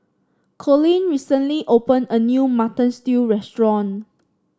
Collin recently opened a new Mutton Stew restaurant